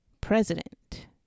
president